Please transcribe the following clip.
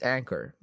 Anchor